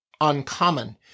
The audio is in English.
uncommon